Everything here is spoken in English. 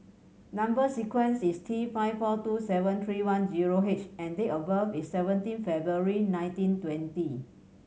number sequence is T five four two seven three one zero H and date of birth is seventeen February nineteen twenty